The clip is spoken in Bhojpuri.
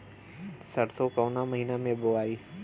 सरसो काउना महीना मे बोआई?